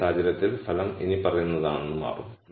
ഈ സാഹചര്യത്തിൽ ഫലം ഇനിപ്പറയുന്നതാണെന്ന് മാറും